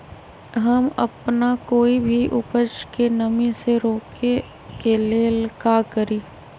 हम अपना कोई भी उपज के नमी से रोके के ले का करी?